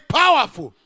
powerful